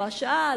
לא השעה,